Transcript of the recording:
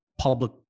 public